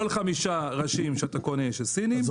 כלומר כל חמישה ראשים שאתה קונה של סינים --- אז